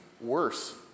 worse